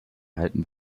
halten